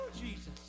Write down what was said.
Jesus